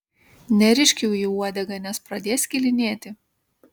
nerišk jų į uodegą nes pradės skilinėti